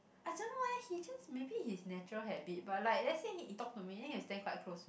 I don't know eh he just maybe his natural habit but like let's say he he talk to me then he'll stand quite close